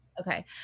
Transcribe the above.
okay